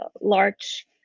large